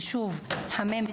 ושוב חמם,